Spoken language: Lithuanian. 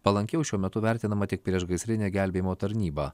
palankiau šiuo metu vertinama tik priešgaisrinė gelbėjimo tarnyba